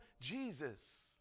Jesus